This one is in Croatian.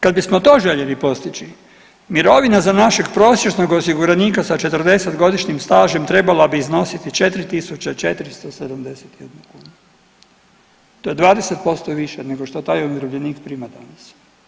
Kad bismo to željeli postići mirovina za našeg prosječnog osiguranika sa 40-godišnjim stažem trebala bi iznositi 4.471 kunu to je 20% više nego što taj umirovljenik prima danas.